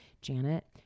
Janet